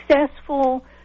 successful